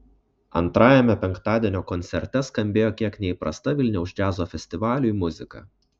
antrajame penktadienio koncerte skambėjo kiek neįprasta vilniaus džiazo festivaliui muzika